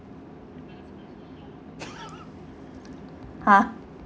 ha